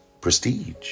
Prestige